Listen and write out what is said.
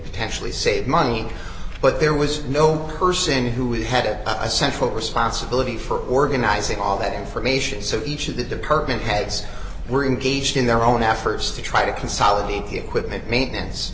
potentially save money but there was no person who had a central responsibility for organizing all that information so each of the department heads were engaged in their own efforts to try to consolidate the equipment maintenance